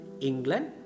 England